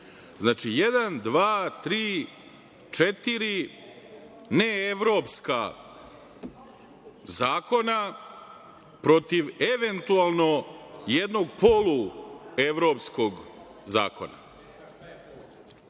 tri, četiri, ne evropska zakona protiv eventualno jednog poluevropskog zakona.